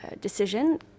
decision